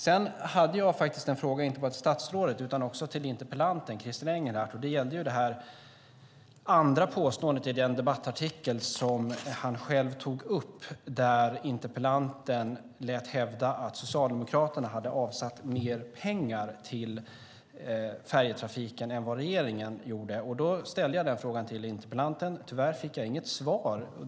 Sedan hade jag en fråga inte bara till statsrådet utan också till interpellanten Christer Engelhardt. Den gällde det andra påståendet i den debattartikel som han själv tog upp. Han lät hävda att Socialdemokraterna hade avsatt mer pengar än regeringen till färjetrafiken. Jag ställde den frågan till interpellanten. Tyvärr fick jag inget svar.